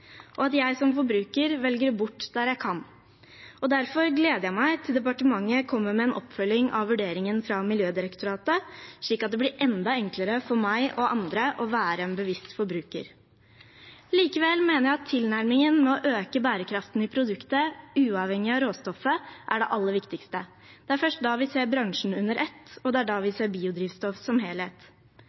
og at jeg som forbruker velger det bort der jeg kan. Derfor gleder jeg meg til at departementet kommer med en oppfølging av vurderingen fra Miljødirektoratet, slik at det blir enda enklere for meg og andre å være en bevisst forbruker. Likevel mener jeg at tilnærmingen til å øke bærekraften i produktet uavhengig av råstoffet er det aller viktigste. Det er først da vi ser bransjen under ett, og det er da vi ser biodrivstoff som helhet.